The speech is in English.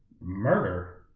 murder